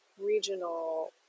regional